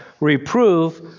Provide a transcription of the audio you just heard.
reprove